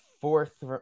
fourth